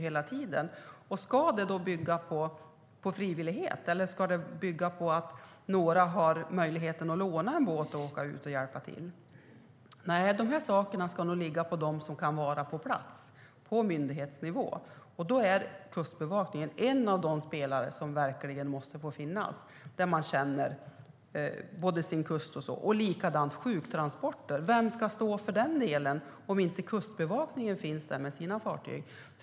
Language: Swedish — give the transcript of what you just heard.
Ska räddningen bygga på frivillighet eller på att några har möjlighet att låna en båt, åka ut och hjälpa till? Nej, de här sakerna ska nog ligga på dem som kan vara på plats, på myndighetsnivå, och då är Kustbevakningen en av de spelare som måste få finnas som känner kusten. Och när det gäller sjuktransporter, vem ska stå för dem om inte Kustbevakningen finns där med sina fartyg?